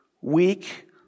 Weak